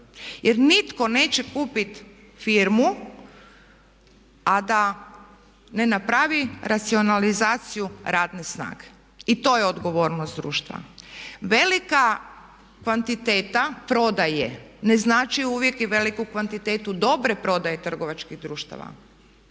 Jer nitko neće kupiti firmu a da ne napravi racionalizaciju radne snage. I to je odgovornost društva. Velika kvantiteta prodaje ne znači uvijek i veliku kvantitetu dobre prodaje trgovačkih društava.